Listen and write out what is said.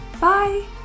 Bye